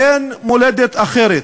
אין מולדת אחרת.